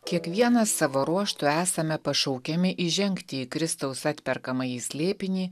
kiekvienas savo ruožtu esame pašaukiami įžengti į kristaus atperkamąjį slėpinį